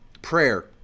prayer